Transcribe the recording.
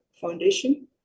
foundation